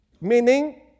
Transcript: meaning